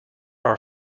are